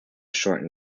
shortened